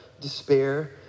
despair